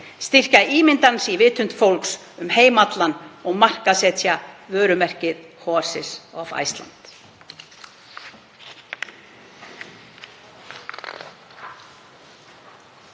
styrkja ímynd hans í vitund fólks um heim allan og markaðssetja vörumerkið Horses of Iceland.